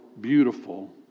beautiful